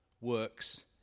works